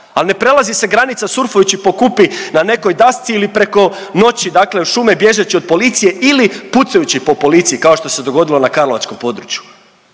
al ne prelazi se granica surfajući po Kupi na nekoj dasci ili preko noći dakle u šume bježeći od policije ili pucajući po policiji kao što se dogodilo na karlovačkom području.